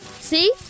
See